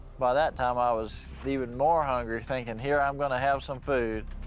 by that time, i was even more hungry, thinking, here i'm gonna have some food.